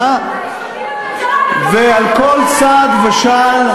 ועל כל צעד ושעל,